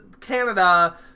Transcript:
Canada